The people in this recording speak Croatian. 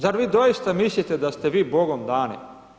Zar vi doista mislite da ste vi bogom dani?